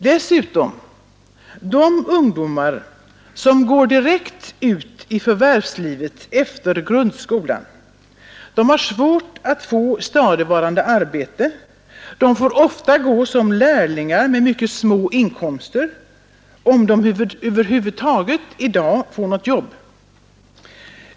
Dessutom: de ungdomar som går direkt ut i förvärvslivet efter grundskolan har svårt att få stadigvarande arbete. De får ofta gå som lärlingar med mycket små inkomster — om de över huvud taget i dag får något jobb.